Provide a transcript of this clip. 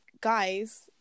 guys